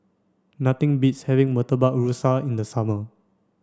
nothing beats having Murtabak Rusa in the summer